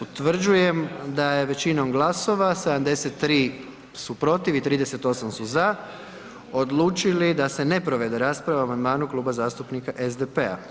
Utvrđujem da je većinom glasova 73 su protiv i 38 su za odlučili da se ne provede rasprava o amandmanu Kluba zastupnika SDP-a.